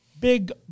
Big